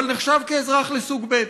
אבל נחשב לאזרח סוג ב'.